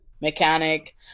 mechanic